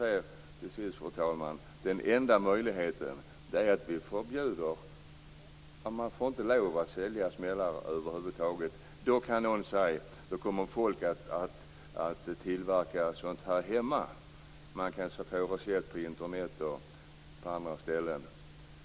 Fru talman! Den enda möjligheten är att förbjuda att sälja smällare över huvud taget. Då säger någon att folk kommer att tillverka smällare hemma med hjälp av recept på Internet osv.